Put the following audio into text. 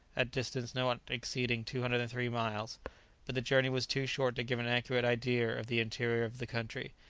a distance not exceeding two hundred and three miles but the journey was too short to give an accurate idea of the interior of the country,